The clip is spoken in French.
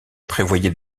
prévoyait